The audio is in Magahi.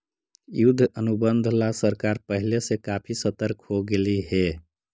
युद्ध अनुबंध ला सरकार पहले से काफी सतर्क हो गेलई हे